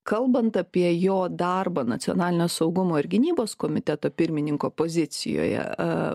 kalbant apie jo darbą nacionalinio saugumo ir gynybos komiteto pirmininko pozicijoje